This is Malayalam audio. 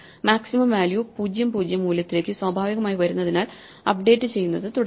മാക്സിമം വാല്യൂ 0 0 മൂല്യത്തിലേക്ക് സ്വാഭാവികമായി വരുന്നതിനാൽ അപ്ഡേറ്റ് ചെയ്യുന്നത് തുടരുക